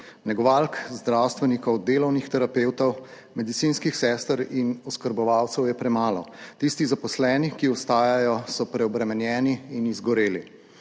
Negovalk, zdravstvenikov, delovnih terapevtov, medicinskih sester in oskrbovalcev je premalo. Tisti zaposleni, ki ostajajo, so preobremenjeni in izgoreli.